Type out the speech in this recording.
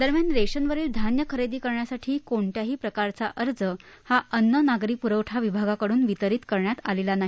दरम्यान रेशनवरील धान्य खरेदी करण्यासाठी कोणत्याही प्रकारचा अर्ज हा अन्न नागरी प्रवठा विभागाकड्न वितरीत करण्यात आलेला नाही